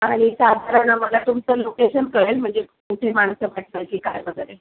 आणि साधारण मला तुमचं लोकेशन कळेल म्हणजे किती माणसं पाठवायची काय वगैरे